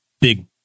big